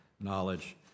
knowledge